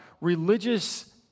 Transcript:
religious